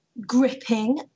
gripping